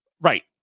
Right